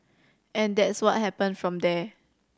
and that's what happened from there